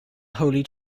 holy